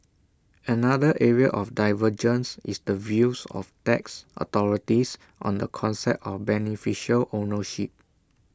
another area of divergence is the views of tax authorities on the concept of beneficial ownership